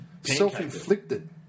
self-inflicted